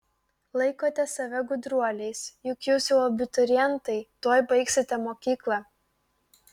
laikote save gudruoliais juk jūs jau abiturientai tuoj baigsite mokyklą